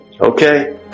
Okay